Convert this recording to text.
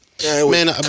Man